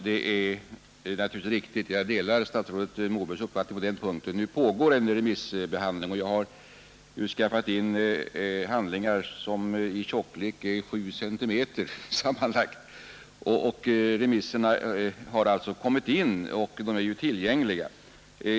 Herr talman! Jag delar statsrådet Mobergs uppfattning på denna punkt. Remissvaren har kommit in och är tillgängliga, och remissbehandlingen pågår. Jag har skaffat in handlingarna, och jag kan nämna att deras tjocklek är 7 centimeter.